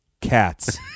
Cats